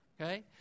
Okay